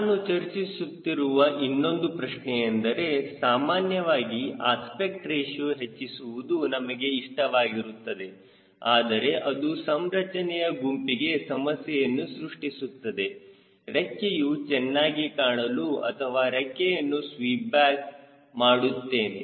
ನಾನು ಚರ್ಚಿಸುತ್ತಿರುವ ಇನ್ನೊಂದು ಪ್ರಶ್ನೆ ಎಂದರೆ ಸಾಮಾನ್ಯವಾಗಿ ಅಸ್ಪೆಕ್ಟ್ ರೇಶಿಯೋ ಹೆಚ್ಚಿಸುವುದು ನಮಗೆ ಇಷ್ಟವಾಗಿರುತ್ತದೆ ಆದರೆ ಅದು ಸಂರಚನೆಯ ಗುಂಪಿಗೆ ಸಮಸ್ಯೆಯನ್ನು ಸೃಷ್ಟಿಸುತ್ತದೆ ರೆಕ್ಕೆಯು ಚೆನ್ನಾಗಿ ಕಾಣಲು ಅಥವಾ ರೆಕ್ಕೆಯನ್ನು ಸ್ವೀಪ್ ಬ್ಯಾಕ್ ಮಾಡುತ್ತೇನೆ